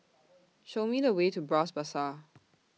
Show Me The Way to Bras Basah